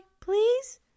please